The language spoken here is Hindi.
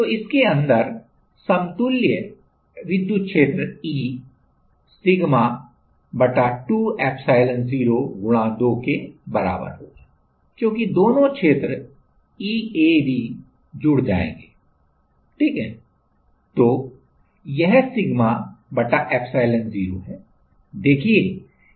तो इसके अंदर समतुल्य विद्युत क्षेत्र E सिग्मा बटा 2 epsilon0 गुणा 2 के बराबर होगा क्योंकि दोनों क्षेत्र EABजुड़ जाएंगे ठीक है तो यह सिग्मा बटा इप्सिलोन0 है